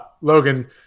Logan